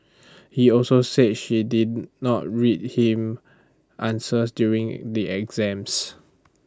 he also said she did not read him answers during the exams